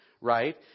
right